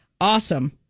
Awesome